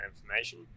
information